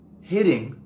hitting